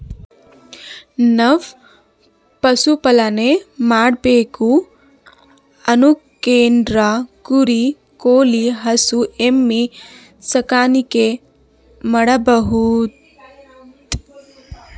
ನಾವ್ ಪಶುಪಾಲನೆ ಮಾಡ್ಬೇಕು ಅನ್ಕೊಂಡ್ರ ಕುರಿ ಕೋಳಿ ಹಸು ಎಮ್ಮಿ ಸಾಕಾಣಿಕೆ ಮಾಡಬಹುದ್